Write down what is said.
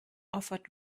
offered